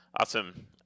Awesome